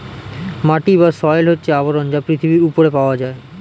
মাটি বা সয়েল হচ্ছে আবরণ যা পৃথিবীর উপরে পাওয়া যায়